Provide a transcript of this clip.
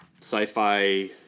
Sci-fi